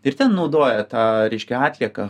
ir ten naudoja tą reiškia atlieką